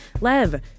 Lev